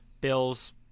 Bills